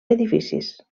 edificis